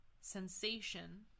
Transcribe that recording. sensation